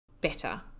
better